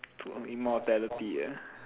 to immortality ah